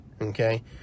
okay